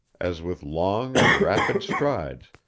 as with long and rapid strides,